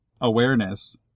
awareness